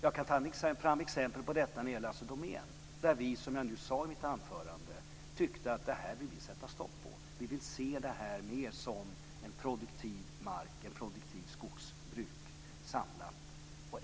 Jag kan ta fram ett exempel på detta när det gäller Assi Domän där vi, som jag nyss sade i mitt anförande, tyckte att det här ska vi sätta stopp på. Vi vill se det här mer som en produktiv mark, ett produktivt skogsbruk.